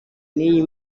n’iyi